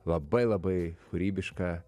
labai labai kūrybišką